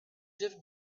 drift